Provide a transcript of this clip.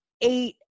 eight